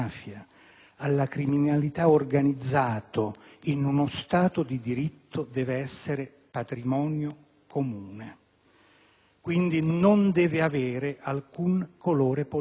alla criminalità organizzata, in uno Stato di diritto, debba essere patrimonio comune e quindi non debba avere alcun colore politico.